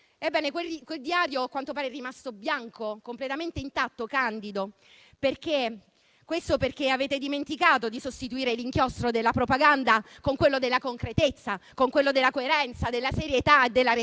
quanto pare è rimasto bianco, completamente intatto e candido, perché avete dimenticato di sostituire l'inchiostro della propaganda con quello della concretezza, della coerenza, della serietà e della responsabilità.